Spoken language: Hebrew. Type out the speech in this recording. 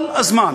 כל הזמן.